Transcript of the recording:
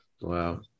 Wow